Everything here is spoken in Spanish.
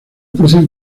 porción